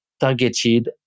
targeted